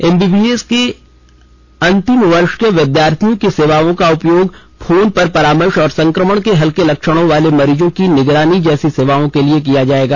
M B B S अंतिम वर्ष के विद्यार्थियों की सेवाओं का उपयोग फोन पर परामर्श और संक्रमण के हल्के लक्षणों वाले मरीजों की निगरानी जैसी सेवाओं के लिए किए जाएगा